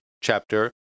chapter